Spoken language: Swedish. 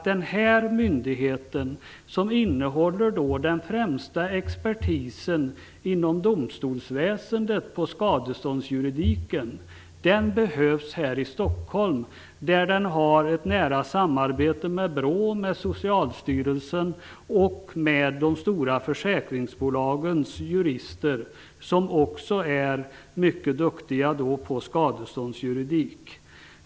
Men denna myndighet som innehåller den främsta expertisen inom domstolsväsendet vad gäller skadeståndsjuridiken behövs här i Stockholm för ett nära samarbete med dem på BRÅ, med dem på Socialstyrelsen och med juristerna på de stora försäkringsbolagen, vilka också är mycket duktiga på skadeståndsjuridik.